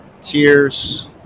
Tears